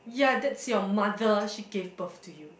ya that's your mother she gave birth to you